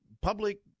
public